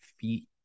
feet